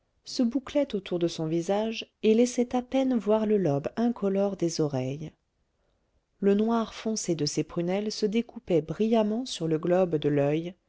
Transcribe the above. se bouclaient autour de son visage et laissaient à peine voir le lobe incolore des oreilles le noir foncé de ses prunelles se découpait brillamment sur le globe de l'oeil